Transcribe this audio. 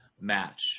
match